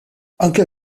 anke